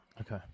okay